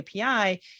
API